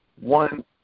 One